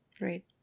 Right